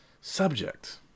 subject